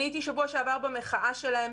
הייתי בשבוע שעבר במחאה שלהם,